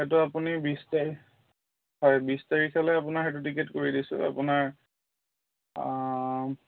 আপুনি বিছ তাৰিখ হয় বিছ তাৰিখলৈ আপোনাৰ সেইটো টিকেট কৰি দিছোঁ আপোনাৰ